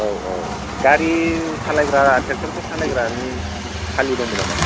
औ औ गारि सालाग्रा टेकटरफोर सालायग्रानि खालि दंमोन नामा